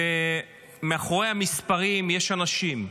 ומאחורי המספרים יש אנשים.